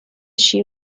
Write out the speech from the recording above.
she